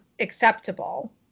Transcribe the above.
acceptable